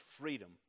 freedom